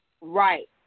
Right